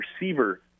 receiver